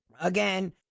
Again